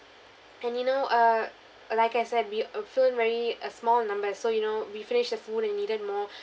and you know uh like I said we uh fill in very uh small number so you know we finished the food and needed more